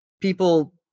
people